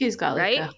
right